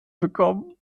bekommen